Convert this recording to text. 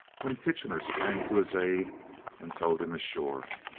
when kitchener sprang to his aid and towed him ashore.